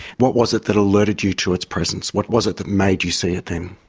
what was it that alerted you to its presence? what was it that made you see it then?